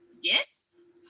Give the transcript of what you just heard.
yes